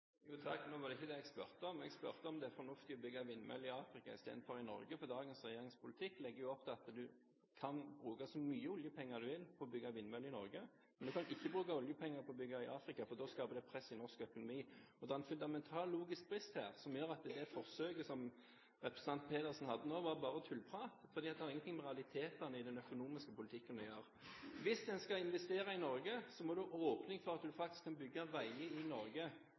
jo opp til at du kan bruke så mye oljepenger du vil på å bygge vindmøller i Norge, men du kan ikke bruke oljepenger på å bygge vindmøller i Afrika, for da skaper det press i norsk økonomi. Det er en fundamental logisk brist her, som gjør at det forsøket representanten Pedersen hadde nå, var bare tullprat, for det har ikke noe med realitetene i den økonomiske politikken å gjøre. Hvis du skal investere i Norge, må du ha en åpning for at du faktisk kan bygge veier i Norge.